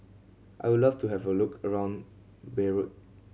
I'll love to have a look around Beirut